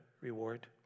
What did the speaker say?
reward